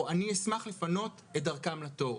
או אני אשמח לפנות את דרכם לתור.